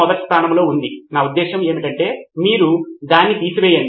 ఏ విద్యార్థికి అయినా ఉత్తమ ఎంపిక ఏమిటంటే వెళ్ళీ గురువు నుండి నోట్స్లను తీసుకోవడం